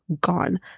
gone